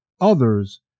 others